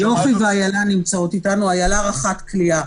היא רח"ט כליאה.